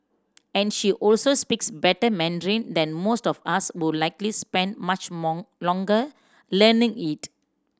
and she also speaks better Mandarin than most of us who likely spent much more longer learning it